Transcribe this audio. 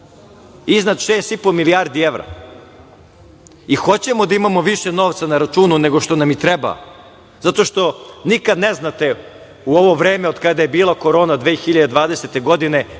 iznad 6,5 milijardi evra i hoćemo da imamo više novca na računu nego što nam treba, jer nikada ne znate u ovo vreme od kada je bila Korona od 2020. godine,